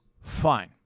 Fine